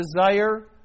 desire